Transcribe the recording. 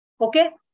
okay